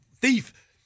Thief